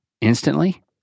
instantly